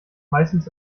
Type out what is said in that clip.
meistens